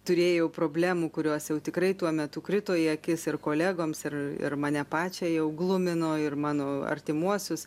turėjau problemų kurios jau tikrai tuo metu krito į akis ir kolegoms ir ir mane pačią jau glumino ir mano artimuosius